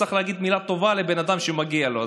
צריך להגיד מילה טובה לבן אדם שמגיע לו,